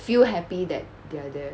feel happy that they are there